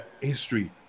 history